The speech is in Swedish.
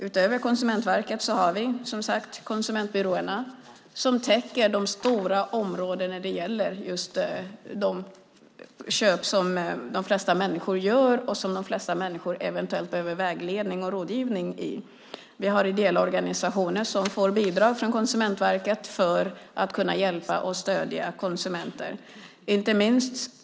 Utöver Konsumentverket har vi som sagt konsumentbyråerna som täcker stora områden när det gäller just de köp som de flesta människor gör och som de flesta människor eventuellt behöver vägledning och rådgivning i. Vi har ideella organisationer som får bidrag från Konsumentverket för att kunna hjälpa och stödja konsumenter.